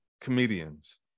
comedians